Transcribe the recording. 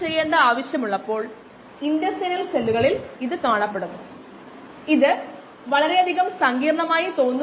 എന്താണ് അറിയുന്നത് അല്ലെങ്കിൽ നൽകിയത്